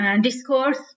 discourse